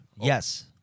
Yes